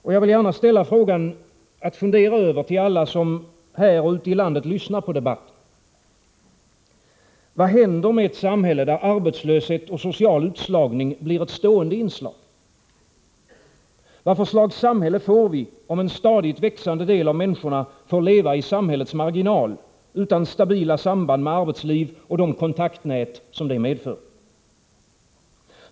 Jag vill gärna ställa en fråga, att fundera över för alla som här och ute i landet lyssnar på debatten: Vad händer med ett samhälle, där arbetslöshet och social utslagning blir ett stående inslag? Vad för slags samhälle får vi, om en stadigt växande del av människorna får leva i samhällets marginal utan stabila samband med arbetsliv och de kontaktnät som det medför?